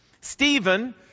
Stephen